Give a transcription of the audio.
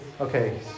Okay